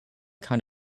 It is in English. kind